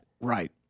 Right